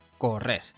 correr